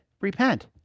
repent